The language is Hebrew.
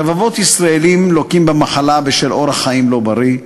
רבבות ישראלים לוקים במחלה בשל אורח חיים לא בריא,